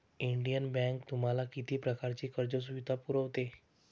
Indian Bank तुम्हाला किती प्रकारच्या कर्ज सुविधा पुरवते?